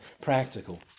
practical